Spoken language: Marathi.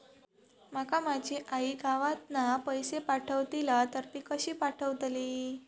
माका माझी आई गावातना पैसे पाठवतीला तर ती कशी पाठवतली?